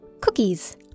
Cookies